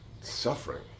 suffering